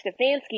Stefanski